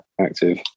active